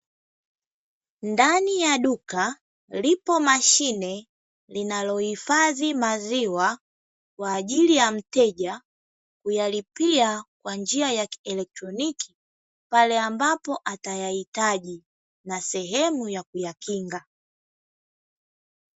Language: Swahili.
Ndani ya duka, lipo mashine linalohifadhi maziwa kwa ajili ya mteja kuyalipia kwa njia ya kieletroniki, pale ambapo atayahitaji na sehemu ya kuyakinga.